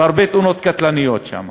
ויש הרבה תאונות קטלניות שם.